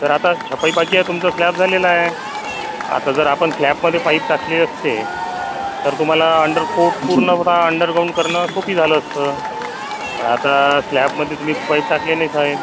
sir आता सफाई बाकी आहे तुमचा स्लॅब झालेला आहे आता जर आपण स्लॅबमधे पाईप टाकले असते तर तुम्हाला अंडर फूट पूर्ण बघा अंडरग्राउंड करणं सोपं झालं असतं पण आता स्लॅबमध्ये तुम्ही पाईप टाकलेलेच आहे